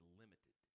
limited